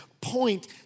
point